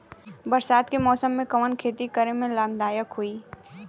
बरसात के मौसम में कवन खेती करे में लाभदायक होयी?